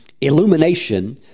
illumination